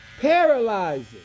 Paralyzing